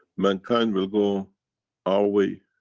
mankind will go our way,